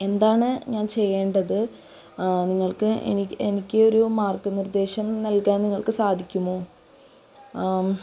എന്താണ് ഞാൻ ചെയ്യേണ്ടത് നിങ്ങൾക്ക് എനിക്ക് ഒരു മാർഗ്ഗനിർദ്ദേശം നൽകാൻ നിങ്ങൾക്ക് സാധിക്കുമോ